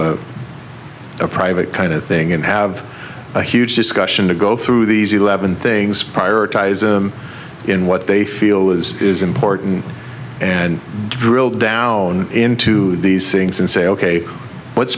of a private kind of thing and have a huge discussion to go through these eleven things prioritize them in what they feel is important and drill down into these things and say ok what